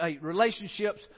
relationships